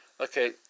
Okay